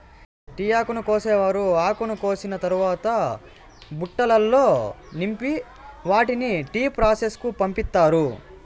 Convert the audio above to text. tea ఆకును కోసేవారు ఆకును కోసిన తరవాత బుట్టలల్లో నింపి వాటిని టీ ప్రాసెస్ కు పంపిత్తారు